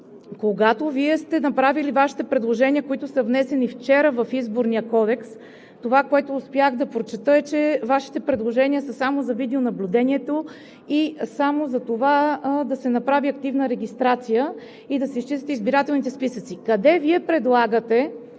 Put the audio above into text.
Когато Вие сте направили Вашите предложения, които са внесени вчера в Изборния кодекс, това, което успях да прочета, е, че Вашите предложения са само за видеонаблюдението и за това да се направи активна регистрация и да се изчистят избирателните списъци. Къде Вие предлагате